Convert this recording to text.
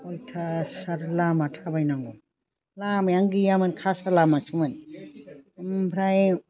अयथासार लामा थाबायनांगौ लामायानो गैयामोन खासा लामासोमोन ओमफ्राय